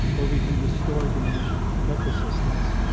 or we can restore diminished ecosystems.